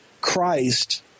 Christ